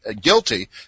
guilty